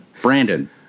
Brandon